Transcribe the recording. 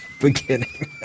beginning